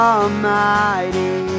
Almighty